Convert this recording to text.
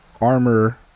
armor